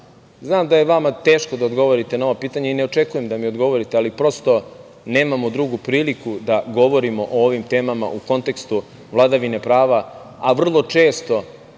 da je vama teško da odgovorite na ova pitanja i ne očekujem da mi odgovorite, ali prosto nemamo drugu priliku da govorimo o ovim temama u kontekstu vladavine prava, a vrlo često